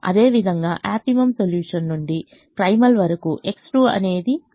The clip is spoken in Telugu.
అదేవిధంగా ఆప్టిమమ్ సొల్యూషన్ నుండి ప్రైమల్ వరకు X2 అనేది 4